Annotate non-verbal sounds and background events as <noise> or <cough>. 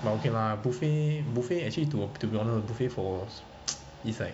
but okay lah buffet buffet actually to to be honest buffet for <noise> is like